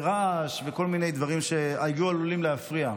רעש וכל מיני דברים שהיו עלולים להפריע,